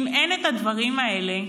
אם אין את הדברים האלה,